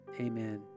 amen